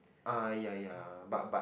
uh ya ya but but